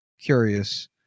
Curious